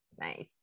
Nice